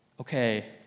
okay